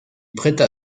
prêta